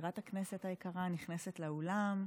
מזכירת הכנסת היקרה, נכנסת לאולם,